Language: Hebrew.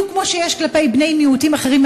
בדיוק כמו שיש כלפי בני מיעוטים אחרים,